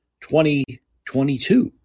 2022